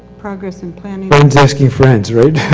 progress and planning. friends asking friends right.